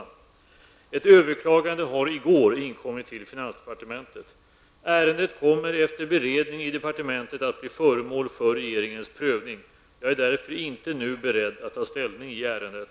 Ett överklagande har i går inkommit till finansdepartementet. Ärendet kommer efter beredning i departementet att bli föremål för regeringens prövning. Jag är därför inte nu beredd att ta ställning i ärendet.